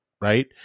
Right